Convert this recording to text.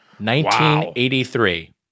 1983